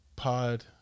Pod